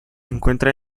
encuentran